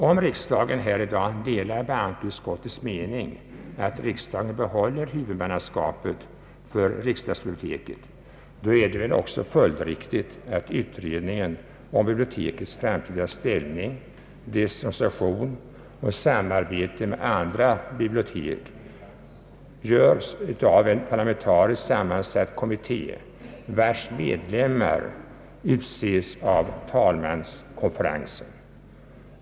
Om riksdagen i dag delar bankoutskottets mening att riksdagen skall behålla huvudmannaskapet för riksdagsbiblioteket, är det väl också följdriktigt att utredningen om bibliotekets framtida ställning, dess organisation och samarbete med andra bibliotek, görs av en parlamentariskt sammansatt kommitté, vars medlemmar utses av talmanskonferensen.